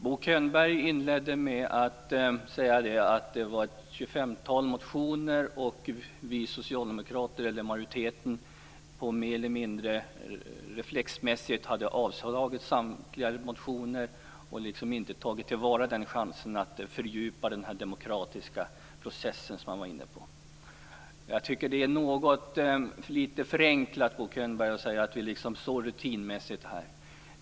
Bo Könberg inledde med att säga att av det 25-tal motioner som utskottet har haft att ta ställning till hade vi socialdemokrater, eller majoriteten, mer eller mindre reflexmässigt avstyrkt samtliga och inte tagit till vara chansen att fördjupa den demokratiska process som han var inne på. Jag tycker att det är litet förenklat, Bo Könberg, att säga att vi har handlat så rutinmässigt.